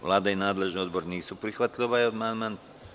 Vlada i nadležni odbor nisu prihvatili ovaj amandman.